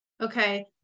okay